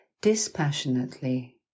dispassionately